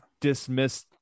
dismissed